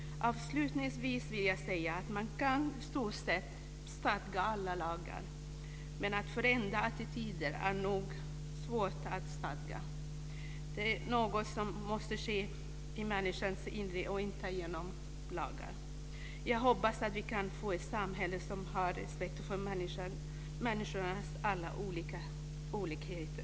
Avslutningsvis vill jag säga att man i stort sett kan stadga alla lagar, men att förändra attityder är nog svårt att stadga. Det är något som måste ske i människans inre och inte genom lagar. Jag hoppas att vi kan få ett samhälle med har respekt för människors alla olikheter.